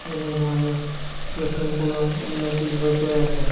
এনে ধৰণে লখিমপুৰৰ উন্নতি হৈ গৈ আছে